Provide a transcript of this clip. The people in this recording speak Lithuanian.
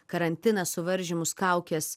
karantiną suvaržymus kaukes